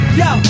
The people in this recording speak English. yo